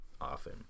often